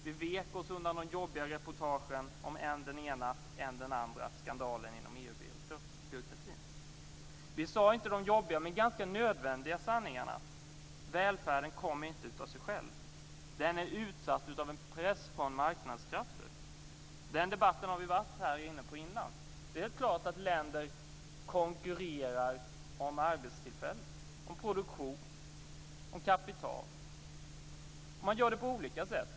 Vi vek oss undan de jobbiga reportagen om än den ena än den andra skandalen inom EU-byråkratin. Vi sade inte de jobbiga men ganska nödvändiga sanningarna. Välfärden kommer inte av sig själv. Den är utsatt för en press från marknadskrafter. Den debatten har vi varit inne på här innan. Det är klart att länder konkurrerar om arbetstillfällen, om produktion, om kapital, och man gör det på olika sätt.